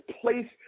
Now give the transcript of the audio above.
place